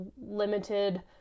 limited